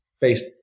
based